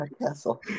Castle